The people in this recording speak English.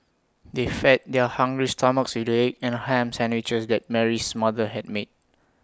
they fed their hungry stomachs with the egg and Ham Sandwiches that Mary's mother had made